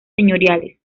señoriales